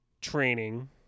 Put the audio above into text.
training